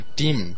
team